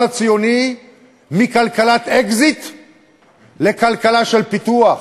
הציוני מכלכלת אקזיט לכלכלה של פיתוח,